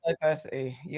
diversity